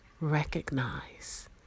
recognize